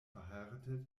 verheiratet